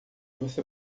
você